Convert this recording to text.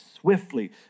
swiftly